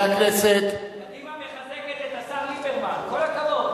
קדימה מחזקת את השר ליברמן, כל הכבוד.